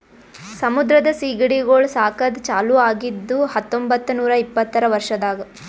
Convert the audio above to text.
ಸಮುದ್ರದ ಸೀಗಡಿಗೊಳ್ ಸಾಕದ್ ಚಾಲೂ ಆಗಿದ್ದು ಹತೊಂಬತ್ತ ನೂರಾ ಇಪ್ಪತ್ತರ ವರ್ಷದಾಗ್